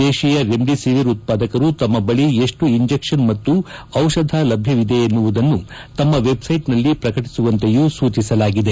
ದೇಶೀಯ ರೆಮ್ಡಿಸಿವಿರ್ ಉತ್ಪಾದಕರು ತಮ್ಮ ಬಳಿ ಎಷ್ಟು ಇಂಜೆಕ್ಷನ್ ಮತ್ತು ಜಿಷಧಿ ಲಭ್ಯವಿದೆ ಎನ್ನುವುದನ್ನು ತಮ್ಮ ವೆಬ್ಸೈಟ್ನಲ್ಲಿ ಪ್ರಕಟಿಸುವಂತೆಯೂ ಸೂಚಿಸಲಾಗಿದೆ